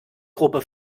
gruppe